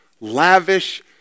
lavish